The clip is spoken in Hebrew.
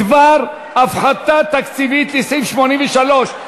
ההסתייגויות לסעיף 83,